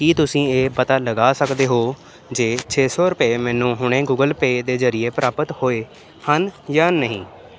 ਕੀ ਤੁਸੀਂਂ ਇਹ ਪਤਾ ਲਗਾ ਸਕਦੇ ਹੋ ਜੇ ਛੇ ਸੌ ਰੁਪਏ ਮੈਨੂੰ ਹੁਣੇ ਗੁਗਲ ਪੇ ਦੇ ਜ਼ਰੀਏ ਪ੍ਰਾਪਤ ਹੋਏ ਹਨ ਜਾਂ ਨਹੀਂ